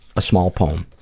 a small poem.